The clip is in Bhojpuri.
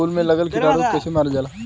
फूल में लगल कीटाणु के कैसे मारल जाला?